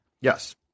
yes